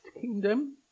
kingdom